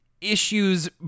issues